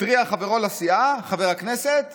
התריע חברו לסיעה חבר הכנסת